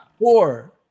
four